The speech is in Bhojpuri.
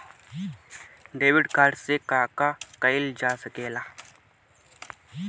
डेबिट कार्ड से का का कइल जा सके ला?